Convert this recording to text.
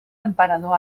emperador